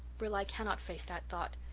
rilla, i cannot face that thought.